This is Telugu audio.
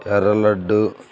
ఎర్ర లడ్డు